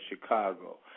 chicago